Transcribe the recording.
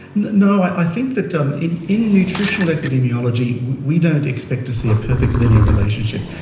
no, i think that um in in nutritional epidemiology we don't expect to see a perfect linear relationship.